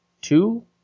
two